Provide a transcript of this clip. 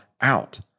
out